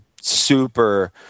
super